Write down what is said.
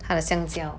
他的香蕉